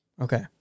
Okay